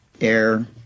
air